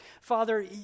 Father